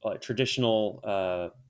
traditional